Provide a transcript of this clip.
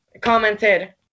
commented